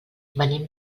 venim